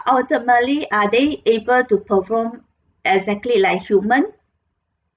ultimately are they able to perform exactly like human